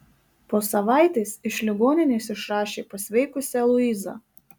po savaitės iš ligoninės išrašė pasveikusią luizą